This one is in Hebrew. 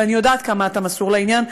ואני יודעת כמה אתה מסור לעניין,